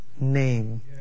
name